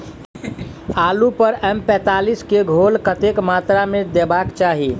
आलु पर एम पैंतालीस केँ घोल कतेक मात्रा मे देबाक चाहि?